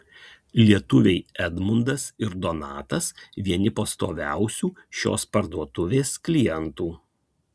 lietuviai edmundas ir donatas vieni pastoviausių šios parduotuvės klientų